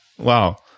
Wow